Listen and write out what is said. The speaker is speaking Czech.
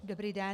Dobrý den.